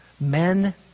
Men